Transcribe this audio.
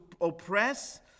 oppress